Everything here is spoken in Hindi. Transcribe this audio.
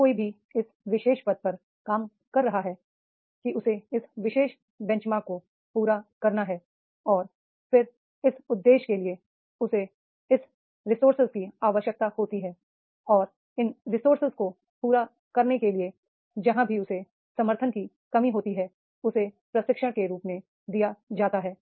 जो कोई भी इस विशेष पद पर काम कर रहा है कि उसे इस विशेष बेंचमार्क को पूरा करना है और फिर इस उद्देश्य के लिए उसे इस रिसोर्सेज की आवश्यकता होती है और इन रिसोर्सेज को पूरा करने के लिए जहां भी उसे समर्थन की कमी होती है उसे प्रशिक्षण के रूप में दिया जाता है